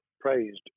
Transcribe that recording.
praised